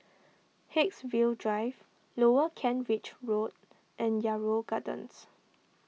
Haigsville Drive Lower Kent Ridge Road and Yarrow Gardens